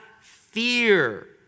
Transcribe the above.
fear